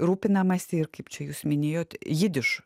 rūpinamasi ir kaip čia jūs minėjot jidiš